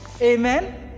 Amen